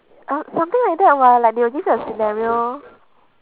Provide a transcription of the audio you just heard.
uh something like that [what] like they will give you a scenario